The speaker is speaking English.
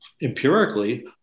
empirically